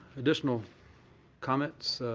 additional comments?